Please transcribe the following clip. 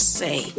say